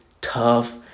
tough